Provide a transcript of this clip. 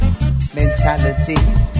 mentality